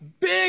big